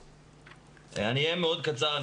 אני אהיה מאוד קצר,